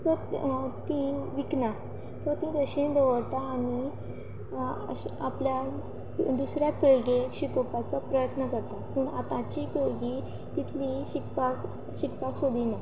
तो तीं विकना तो तीं तशीं दवरता आनी आपल्या दुसऱ्या पिळगेक शिकोवपाचो प्रयत्न करता पूण आतांची पळगी तितली शिकपाक शिकपाक सोदिना